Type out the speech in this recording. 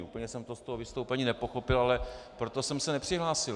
Úplně jsem to z toho vystoupení nepochopil, ale proto jsem se nepřihlásil.